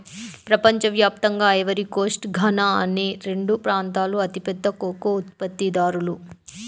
ప్రపంచ వ్యాప్తంగా Ivory Coast, Ghana అనే రెండు ప్రాంతాలూ అతిపెద్ద కోకో ఉత్పత్తిదారులు